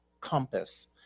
compass